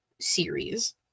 series